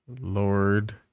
Lord